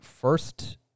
first